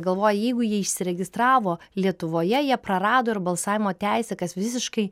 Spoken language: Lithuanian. galvoja jeigu jie išsiregistravo lietuvoje jie prarado ir balsavimo teisę kas visiškai